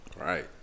Right